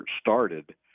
started